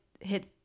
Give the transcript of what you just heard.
hit